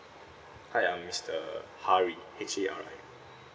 hi I'm mister hari H A R I